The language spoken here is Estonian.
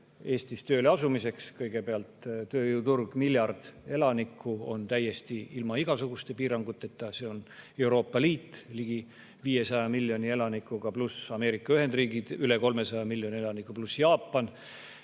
tööle asumiseks. Kõigepealt, tööjõuturust rääkides, miljard elanikku on täiesti ilma igasuguste piiranguteta, see on Euroopa Liit ligi 500 miljoni elanikuga, pluss Ameerika Ühendriigid üle 300 miljoni elanikuga, pluss Jaapan.